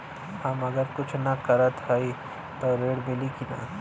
हम अगर कुछ न करत हई त ऋण मिली कि ना?